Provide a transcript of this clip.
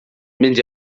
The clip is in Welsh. mynd